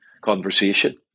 conversation